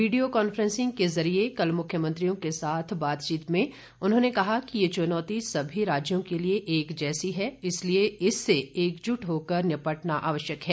video conferencing के जरिए कल मुख्यमंत्रियों के साथ बातचीत में उन्होंने कहा कि ये चुनौती सभी राज्यों के लिए एक जैसी है इसलिए इससे एकजुट होकर निपटना आवश्यक है